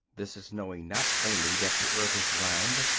this is knowing not only that the earth is round,